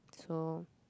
so